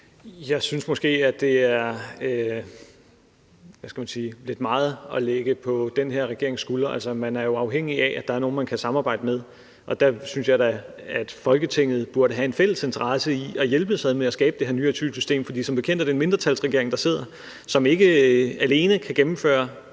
Jeg synes måske, det er lidt meget at lægge på den her regerings skuldre. Man er jo afhængig af, at der er nogle, man kan samarbejde med, og der synes jeg da Folketinget burde have en fælles interesse i at hjælpes ad med at skabe det her nye asylsystem, for som bekendt er det en mindretalsregering, der sidder, som ikke alene kan gennemføre